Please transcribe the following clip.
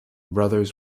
brothers